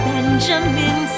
Benjamin